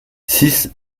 six